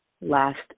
last